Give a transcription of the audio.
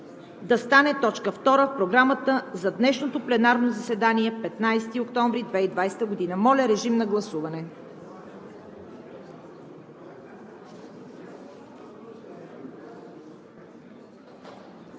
да стане точка втора в Програмата за днешното пленарно заседание – 15 октомври 2020 г. Моля, режим на гласуване.